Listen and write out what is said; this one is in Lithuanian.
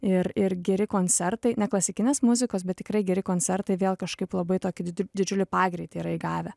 ir ir geri koncertai ne klasikinės muzikos bet tikrai geri koncertai vėl kažkaip labai tokį didžiulį pagreitį yra įgavę